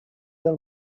del